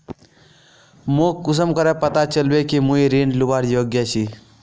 मोक कुंसम करे पता चलबे कि मुई ऋण लुबार योग्य छी?